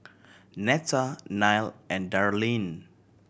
Netta Nile and Darlyne